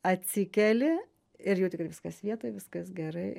atsikeli ir jau tikrai viskas vietoj viskas gerai